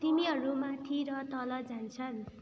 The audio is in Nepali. तिनीहरू माथि र तल जान्छन्